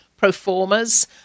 performers